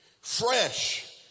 fresh